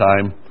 time